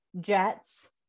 Jets